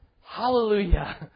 Hallelujah